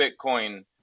Bitcoin